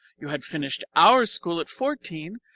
you had finished our school at fourteen,